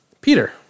Peter